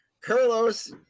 Carlos